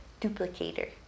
duplicator